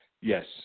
Yes